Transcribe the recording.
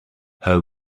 her